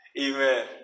Amen